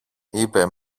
είπε